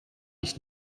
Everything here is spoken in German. ich